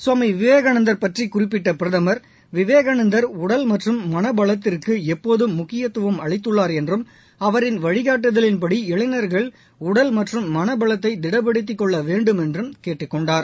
சுவாமி விவேகானந்தர் பற்றி குறிப்பிட்ட பிரதமர் விவேகானந்தர் உடல் மற்றும் மன பலத்திற்கு எப்போதும் முக்கியத்துவம் அளித்துள்ளார் என்றும் அவரின் வழிகாட்டுதலின்படி இளைஞர்கள் உடல் மற்றும் மன பலத்தை திடப்படுத்திக் கொள்ள வேண்டுமென்றும் கேட்டுக் கொண்டார்